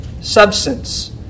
substance